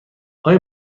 آیا